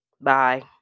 Bye